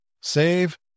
Save